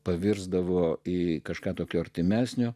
pavirsdavo į kažką tokio artimesnio